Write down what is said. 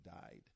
died